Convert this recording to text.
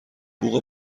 بوق